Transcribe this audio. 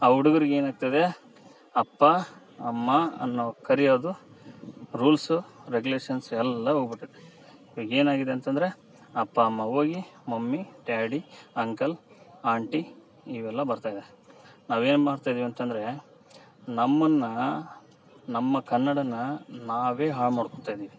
ಆ ಹುಡುಗ್ರಿಗೆ ಏನಾಗ್ತದೆ ಅಪ್ಪ ಅಮ್ಮಅನ್ನೋ ಕರಿಯೋದು ರೂಲ್ಸ್ ರೆಗುಲೇಷನ್ಸ್ ಎಲ್ಲ ಹೋಗಿಬಿಟ್ಟತೆ ಈಗ ಏನು ಆಗಿದೆ ಅಂತಂದರೆ ಅಪ್ಪ ಅಮ್ಮ ಹೋಗಿ ಮಮ್ಮಿ ಡ್ಯಾಡಿ ಅಂಕಲ್ ಆಂಟಿ ಇವೆಲ್ಲ ಬರ್ತಾ ಇದೆ ನಾವೇನು ಮಾಡ್ತ ಇದೀವಿ ಅಂತಂದರೆ ನಮ್ಮನ್ನು ನಮ್ಮ ಕನ್ನಡನ್ನು ನಾವೇ ಹಾಳು ಮಾಡ್ಕೊತ ಇದೀವಿ